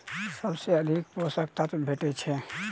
सबसँ अधिक पोसक तत्व भेटय छै?